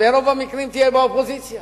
ברוב המקרים תהיה באופוזיציה.